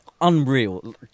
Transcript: unreal